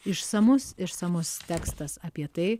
išsamus išsamus tekstas apie tai